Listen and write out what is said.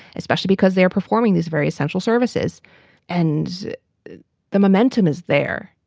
especially because they are performing these various central services and the momentum is there,